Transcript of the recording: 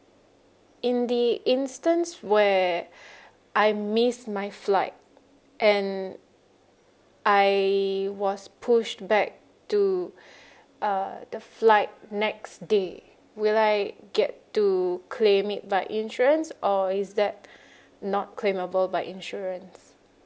in the instance where I missed my flight and I was pushed back to uh the flight next day will I get to claim it by insurance or is that not claimable by insurance